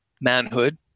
Manhood